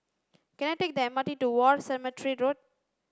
can I take the M R T to War Cemetery Road